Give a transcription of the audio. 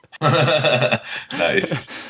Nice